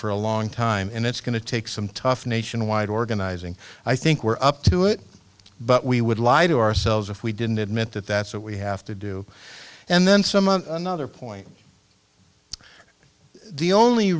for a long time and it's going to take some tough nationwide organizing i think we're up to it but we would lie to ourselves if we didn't admit that that's what we have to do and then some another point the only